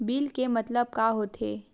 Bill के मतलब का होथे?